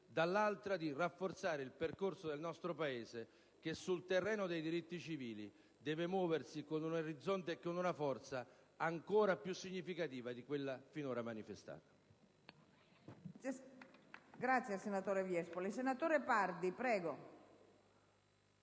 dall'altra, rafforza il percorso del nostro Paese, che sul terreno dei diritti civili deve muoversi con un orizzonte ed una forza ancora più significativi di quelli sinora manifestati. *(Applausi del senatore Saia).*